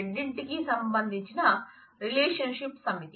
relationship Samithi